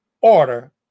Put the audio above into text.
order